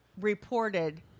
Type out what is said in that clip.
reported